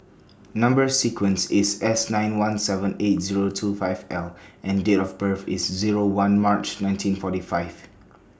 Number sequence IS S nine one seven eight Zero two five L and Date of birth IS Zero one March nineteen forty five